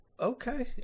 okay